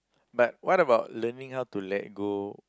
but what about learning how to let go